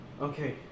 Okay